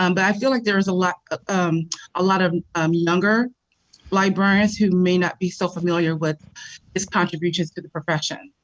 um but i feel like there's a like um a lot of um younger librarians who may not be so familiar with his contributions to the profession.